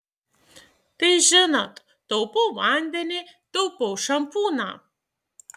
tai žinot taupau vandenį taupau šampūną